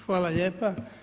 Hvala lijepo.